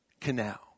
Canal